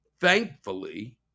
thankfully